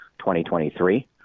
2023